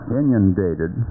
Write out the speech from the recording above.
inundated